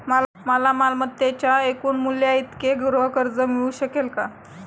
मला मालमत्तेच्या एकूण मूल्याइतके गृहकर्ज मिळू शकेल का?